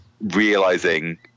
realizing